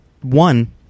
One